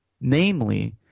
Namely